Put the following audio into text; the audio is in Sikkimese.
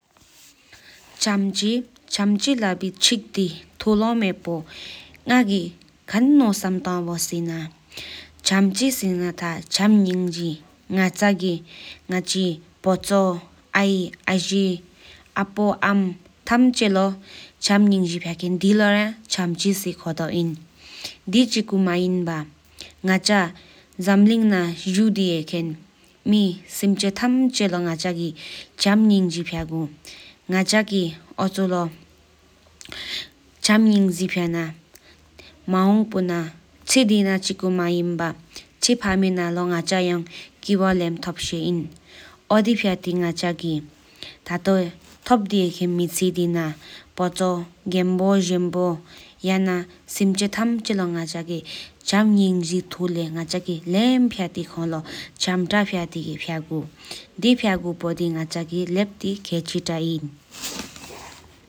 ཆམ་ཆི་ལ་བེའི་ཆིག་དེ་ཐུལོ་མེ་པོ་ང་གི་ཁན་ནོ་སམ་ཐང་བོ་སེ་ན་ཆམ་ཁེ་སེ་ན་ཐ་ཆམ་ཨིང་ཇེ་ང་ཅ་གི་ང་ཅི་ཕོ་ཅོ་ཨ་ཨེ་ཨ་ཕོ་ཨོ་ཨམ་མ་ཐམ་ཆེ་ལོ་ཆམ་ཅན་ཨིང་ཇེ་ཕྱག་ཁེན་དེ་ལོ་ར་ཆམ་ཆི་སི་ཁོ་དོ་ཨིན་ནའང། དི་ཅི་ཀོ་མེན་པ་ང་ཅ་ན་འཇམ་གླིང་ན་ཇུསཏ་དེ་དེ་ཡེཁེན་མེ་སེམ་ཆེ་ཐམ་ཅེ་ལོ་ཆམ་ཨིན་ཇེ་ཕྱག་གུ་ཨེ། ང་ག་གི་ཨ་ཆུ་ལོ་ཆམ་ཨིན་ཇེ་ཕྱན་ན་མ་ཝང་པོ་ན་ཅི་དེ་ན་ཅི་མེན་པ་ཅི་ཆེ་མ་ལོ་ཡང་ང་ག་གི་ཀིཝ་ལེམ་ཐོབ་ཤེ་ཨེན་ན། ཨོ་དི་ཕྱན་ཏི་ང་ག་གི་ཐཿ་ཐག་ཐོབ་དེ་ཧེ་དེ་ན་ན་མི་ཅེ་གི་ཏ་ཆི་་སེ་ང་ག་གི་ངོ་ལ་ཐི་ལེམ་ཕྱན་ཏི་ཐོ་ལ་མ་ཏི་ཕྱེ་ཆ་ང་ངོ་ལ་ཆབ་ཕྱོར་ཨ་ཨའང། དེ་ཌྷད་ཕྱག་པ་ཅི་ཅི་ང་ག་ཀི་ཤེ་ཆང་གུ་ང་བ་གེ་ཨེ་ཨའང།